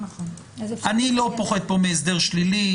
אני לא פוחד כאן מהסדר שלילי,